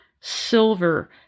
silver